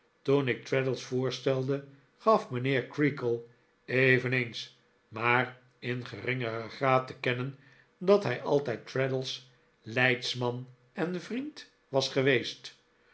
toen ik traddles voorstelde gaf mijnheer creakle eveneens maar in geringeren graad te kennen dat hij altijd traddles leidsman en vriend was geweest